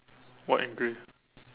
white and grey